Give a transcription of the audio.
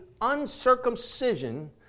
uncircumcision